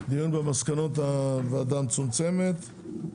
דיון במסקנות הוועדה המצומצמת.